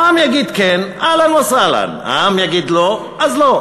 העם יגיד כן, אהלן וסהלן, העם יגיד לא, אז לא.